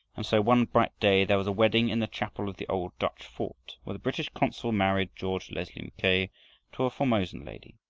and so one bright day, there was a wedding in the chapel of the old dutch fort, where the british consul married george leslie mackay to a formosan lady.